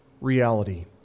reality